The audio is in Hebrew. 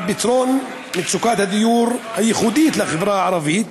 פתרון מצוקת הדיור הייחודית לחברה הערבית